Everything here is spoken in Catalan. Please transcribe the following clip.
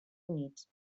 units